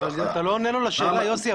אבל אתה לא עונה לו על השאלה יוסי.